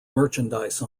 merchandise